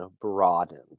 broadened